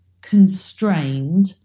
constrained